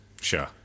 Sure